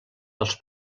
dels